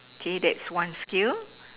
okay that's one skill